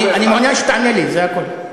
אני מעוניין שתענה לי, זה הכול.